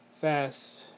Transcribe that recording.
fast